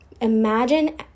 Imagine